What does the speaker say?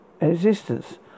Existence